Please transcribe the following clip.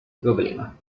problema